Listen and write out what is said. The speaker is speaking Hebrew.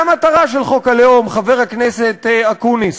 מה המטרה של חוק הלאום, חבר הכנסת אקוניס?